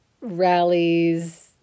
rallies